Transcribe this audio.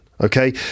okay